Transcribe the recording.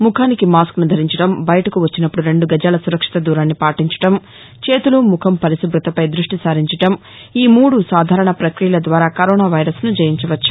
ముఖానికి మాస్కును ధరించడం బయటకు వచ్చినప్పుడు రెండు గజాల సురక్షిత దూరాన్ని పాటించడం చేతులు ముఖం పరిశుభతపై దృష్టి సారించడంఈ మూడు సాధారణ ప్రక్రియల ద్వారా కరోనా వైరస్ను జయించవచ్చు